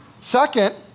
Second